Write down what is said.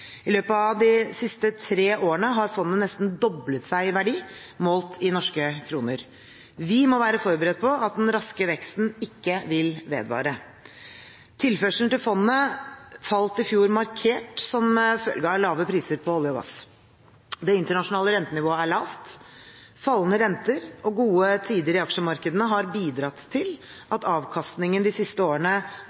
I løpet av de siste tre årene har fondet nesten doblet seg i verdi, målt i norske kroner. Vi må være forberedt på at den raske veksten ikke vil vedvare. Tilførselen til fondet falt i fjor markert som følge av lave priser på olje og gass. Det internasjonale rentenivået er lavt. Fallende renter og gode tider i aksjemarkedene har bidratt til at avkastningen de siste årene